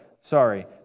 sorry